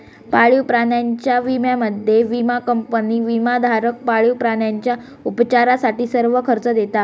पाळीव प्राण्यांच्या विम्यामध्ये, विमा कंपनी विमाधारक पाळीव प्राण्यांच्या उपचारासाठी सर्व खर्च देता